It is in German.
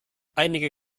einige